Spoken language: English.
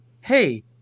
hey